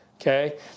Okay